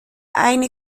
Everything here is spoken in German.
eine